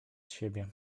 siebie